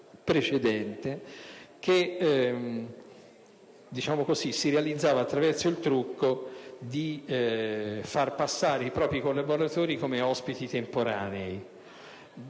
precedente e che si è realizzata attraverso il trucco di far passare i propri collaboratori come ospiti temporanei: